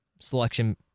selection